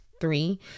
three